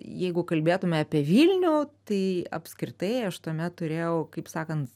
jeigu kalbėtume apie vilnių tai apskritai aš tuomet turėjau kaip sakant